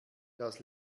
das